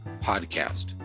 podcast